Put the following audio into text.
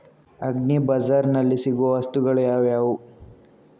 Agri ಬಜಾರ್ನಲ್ಲಿ ಸಿಗುವ ವಸ್ತುಗಳು ಯಾವುವು?